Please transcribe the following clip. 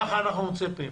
כך אנחנו מצפים.